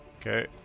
Okay